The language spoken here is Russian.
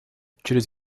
через